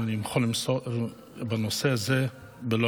אם אני יכול לדבר בנושא הזה בלועזית,